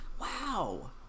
Wow